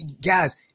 guys